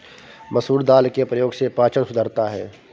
मसूर दाल के प्रयोग से पाचन सुधरता है